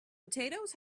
potatoes